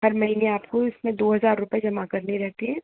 हर महीने आपको इसमें दो हज़ार रुपये जमा करने रहते हैं